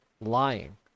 lying